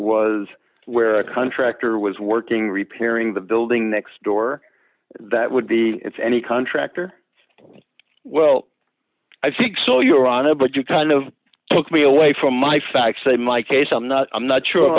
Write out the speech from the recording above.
was where a contractor was working repairing the building next door that would be any contractor well i think so your honor but you kind of took me away from my facts say my case i'm not i'm not sure